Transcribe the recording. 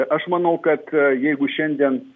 aš manau kad jeigu šiandien